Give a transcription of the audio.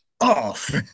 Off